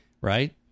right